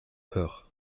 peur